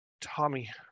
Tommy